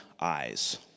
eyes